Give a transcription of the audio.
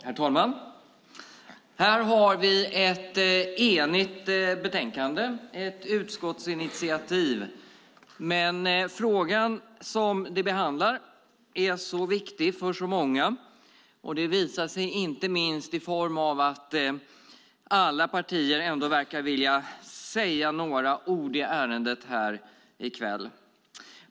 Herr talman! Här har vi ett enigt betänkande, ett utskottsinitiativ. Frågan som behandlas är viktig för många. Det visar sig inte minst i form av att alla partier verkar vilja säga några ord i ärendet här i kväll.